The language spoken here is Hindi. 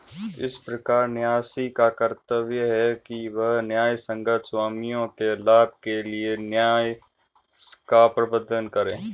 इस प्रकार न्यासी का कर्तव्य है कि वह न्यायसंगत स्वामियों के लाभ के लिए न्यास का प्रबंधन करे